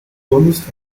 kunst